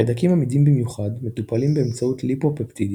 חיידקים עמידים במיוחד מטופלים באמצעות ליפופפטידים,